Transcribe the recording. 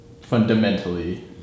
fundamentally